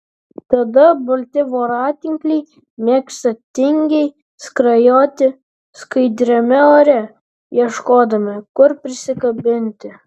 tada balti voratinkliai mėgsta tingiai skrajoti skaidriame ore ieškodami kur prisikabinti